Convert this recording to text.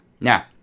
Now